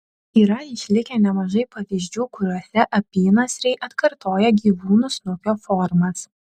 yra išlikę nemažai pavyzdžių kuriuose apynasriai atkartoja gyvūnų snukio formas